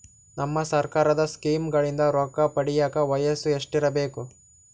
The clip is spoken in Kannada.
ನಮ್ಮ ಸರ್ಕಾರದ ಸ್ಕೀಮ್ಗಳಿಂದ ರೊಕ್ಕ ಪಡಿಯಕ ವಯಸ್ಸು ಎಷ್ಟಿರಬೇಕು?